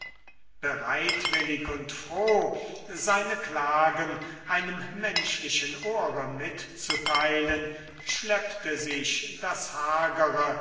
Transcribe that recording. bereitwillig und froh seine klagen einem menschlichen ohre mitzuteilen schleppte sich das hagere